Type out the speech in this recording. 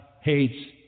hates